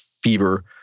fever